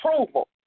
approval